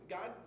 God